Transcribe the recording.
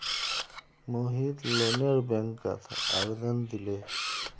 मोहित लोनेर बैंकत आवेदन दिले